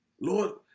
Lord